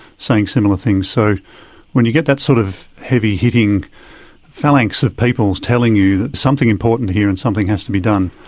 saying similar things. so when you get that sort of heavy-hitting phalanx of people telling you that there's something important here and something has to be done,